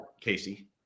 Casey